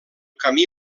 camí